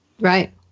right